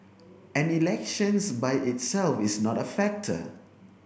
and elections by itself is not a factor